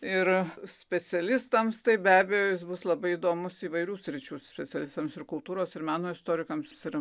ir specialistams tai be abejo jis bus labai įdomus įvairių sričių specialistams ir kultūros ir meno istorikams ir